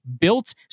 built